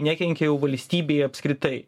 nekenkia jau valstybei apskritai